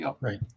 Right